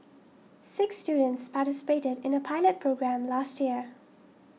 six students participated in a pilot programme last year